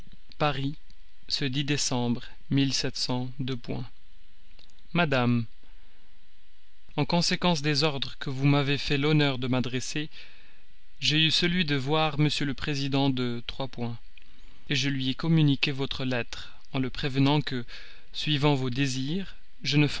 de rosemonde madame en conséquence des ordres que vous m'avez fait l'honneur de m'adresser j'ai eu celui de voir m le président de je lui ai communiqué votre lettre en le prévenant que suivant vos désirs